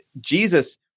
Jesus